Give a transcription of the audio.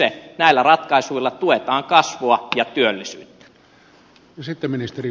näillä ratkaisuilla tuetaan kasvua ja työllisyyttä